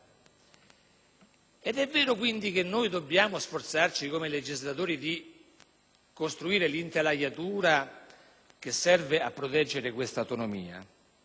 È vero, quindi, che dobbiamo sforzarci come legislatori di costruire l'intelaiatura che serve a proteggere questa autonomia,